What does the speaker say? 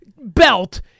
belt